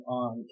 on